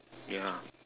yeah